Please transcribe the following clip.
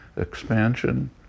expansion